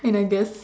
and I just